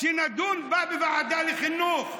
ונדון בה בוועדת החינוך.